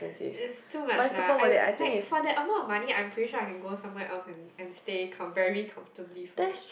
it's too much lah I like for that amount of money I am pretty sure I can go somewhere else and and stay com~ very comfortably for like